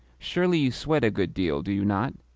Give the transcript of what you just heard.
surely you sweat a good deal, do you not?